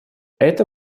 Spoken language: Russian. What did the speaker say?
это